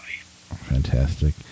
Fantastic